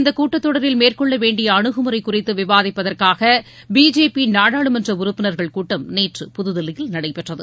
இந்தக் கூட்டத்தொடரில் மேற்கொள்ள வேண்டிய அனுகுமுறை குறித்து விவாதிப்பதற்காக பிஜேபி நாடாளுமன்ற உறுப்பினர்கள் கூட்டம் நேற்று புதுதில்லியில் நடைபெற்றது